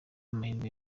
amahirwe